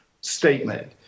statement